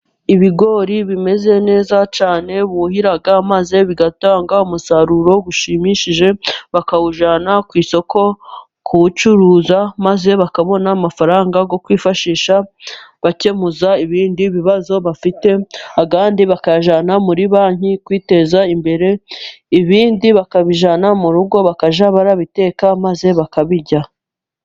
Ibigori bimeze neza cyane buhira amazi bigatanga umusaruro ushimishije bakawujyana ku isoko kuwucuruza maze bakabona amafaranga yo kwifashisha, bakemuza ibindi bibazo bafite andi bakayajyana muri banki kwiteza imbere, ibindi bakabijyana mu rugo bakajya barabiteka maze bakabirya.